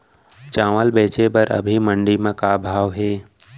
चांवल बेचे बर अभी मंडी म का भाव हे?